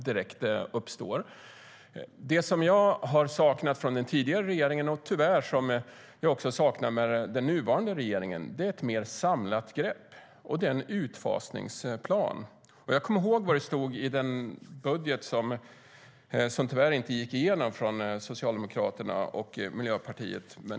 Det jag saknat från den tidigare regeringen, och tyvärr också från den nuvarande, är ett mer samlat grepp och en utfasningsplan. Jag kommer ihåg vad som stod i den budget från Socialdemokraterna och Miljöpartiet som dessvärre inte gick igenom.